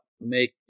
make